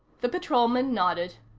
the patrolman nodded.